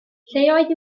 lleoedd